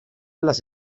las